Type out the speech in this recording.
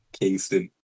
Kingston